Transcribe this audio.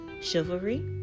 chivalry